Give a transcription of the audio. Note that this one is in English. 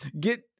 Get